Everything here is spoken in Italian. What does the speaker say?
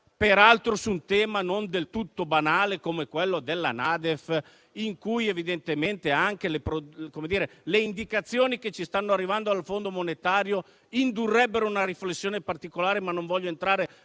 peraltro su un tema non del tutto banale come la NADEF, in cui evidentemente anche le indicazioni che ci stanno arrivando dal Fondo monetario internazionale indurrebbero una riflessione particolare, ma non voglio entrare